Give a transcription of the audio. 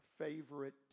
Favorite